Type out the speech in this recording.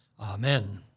Amen